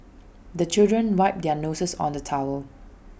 the children wipe their noses on the towel